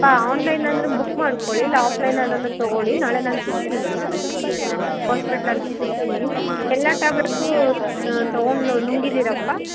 ಅಪ್ಪಾ ಆನ್ಲೈನ್ ಅಂದರೆ ಬುಕ್ ಮಾಡ್ಕೊಳ್ಳಿ ಇಲ್ಲ ಆಫ್ಲೈನ್ ಅದಲ್ಲೇ ತಗೊಳ್ಳಿ ನಾಳೆ ನಾನು ಸಿಗ್ತೀನಿ ನಿಮಗೆ ಹಾಸ್ಪಿಟ್ಲಲ್ಲಿ ಸಿಗುತ್ತೀನಿ ಎಲ್ಲ ಟ್ಯಾಬ್ಲೆಟ್ಸು ತಗೊಂಡು ನುಂಗಿದ್ದೀರಾಪ್ಪ